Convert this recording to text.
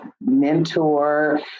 mentor